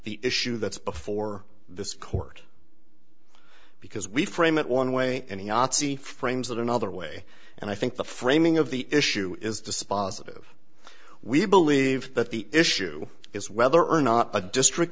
the issue that's before this court because we frame it one way any azzi frames that another way and i think the framing of the issue is dispositive we believe that the issue is whether or not a district